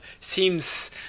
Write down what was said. Seems